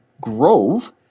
grove